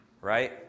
Right